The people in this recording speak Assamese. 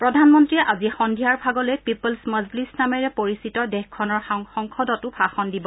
প্ৰধানমন্ত্ৰীয়ে আজি সন্ধিয়াৰ ভাগলৈ পিপলছ মজলিচ নামেৰে পৰিচিত দেশখনৰ সংসদতো ভাষণ দিব